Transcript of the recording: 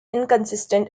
inconsistent